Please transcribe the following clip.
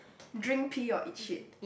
drink pee or eat shit